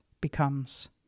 becomes